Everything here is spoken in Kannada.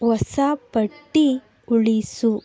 ಹೊಸ ಪಟ್ಟಿ ಉಳಿಸು